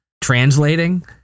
translating